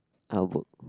I will book